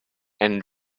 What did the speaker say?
and